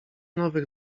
nowych